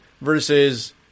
versus